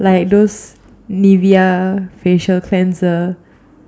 like those Nivea facial cleanser